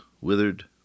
withered